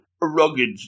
rugged